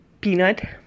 peanut